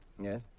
Yes